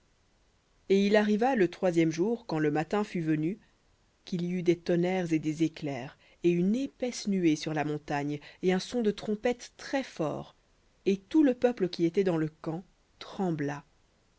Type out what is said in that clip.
et il arriva le troisième jour quand le matin fut venu qu'il y eut des tonnerres et des éclairs et une épaisse nuée sur la montagne et un son de trompette très-fort et tout le peuple qui était dans le camp trembla